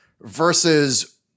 versus